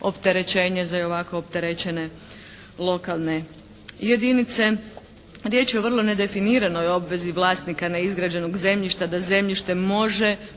za i ovako opterećene lokalne jedinice. Riječ je o vrlo nedefiniranoj obvezi vlasnika neizgrađenog zemljišta da zemljište "može"